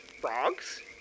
frogs